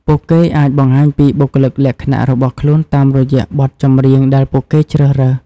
ពួកគេអាចបង្ហាញពីបុគ្គលិកលក្ខណៈរបស់ខ្លួនតាមរយៈបទចម្រៀងដែលពួកគេជ្រើសរើស។